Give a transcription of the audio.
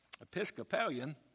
Episcopalian